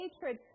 hatred